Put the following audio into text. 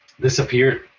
disappeared